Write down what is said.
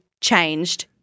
changed